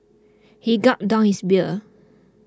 he gulped down his beer